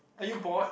are you bored